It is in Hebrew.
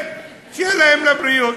ושיהיה להם לבריאות,